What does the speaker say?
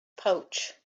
pouch